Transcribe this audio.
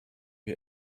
wir